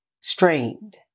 strained